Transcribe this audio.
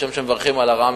כשם שמברכים על הרעה,